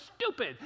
stupid